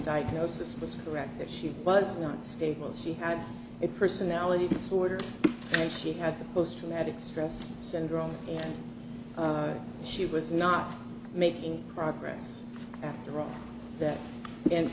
diagnosis was correct that she was not stable she had a personality disorder and she had the post traumatic stress syndrome and she was not making progress after all that and